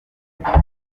gitanga